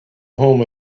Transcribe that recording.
home